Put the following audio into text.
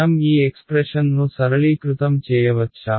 మనం ఈ ఎక్స్ప్రెషన్ ను సరళీకృతం చేయవచ్చా